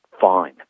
fine